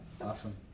awesome